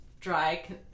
dry